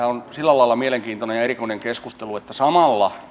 on sillä lailla mielenkiintoinen ja erikoinen keskustelu että samalla